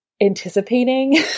anticipating